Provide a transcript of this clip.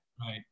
Right